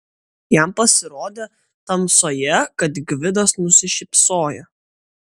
jam pasirodė tamsoje kad gvidas nusišypsojo